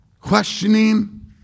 questioning